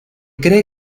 cree